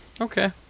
Okay